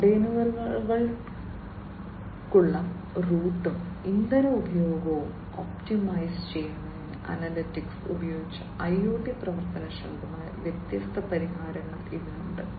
കണ്ടെയ്നറുകൾക്കുള്ള റൂട്ടും ഇന്ധന ഉപഭോഗവും ഒപ്റ്റിമൈസ് ചെയ്യുന്നതിന് അനലിറ്റിക്സ് ഉപയോഗിച്ച IoT പ്രവർത്തനക്ഷമമാക്കിയ വ്യത്യസ്ത പരിഹാരങ്ങൾ ഇതിന് ഉണ്ട്